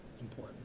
important